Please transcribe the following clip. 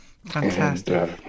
Fantastic